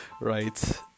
right